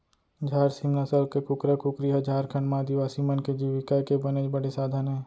झार सीम नसल के कुकरा कुकरी ह झारखंड म आदिवासी मन के जीविका के बनेच बड़े साधन अय